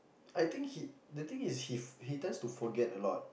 I think he the thing is he he tends to forget a lot